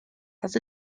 has